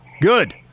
Good